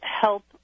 help